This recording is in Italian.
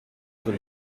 per